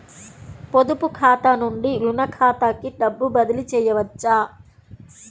పొదుపు ఖాతా నుండీ, రుణ ఖాతాకి డబ్బు బదిలీ చేయవచ్చా?